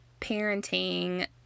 parenting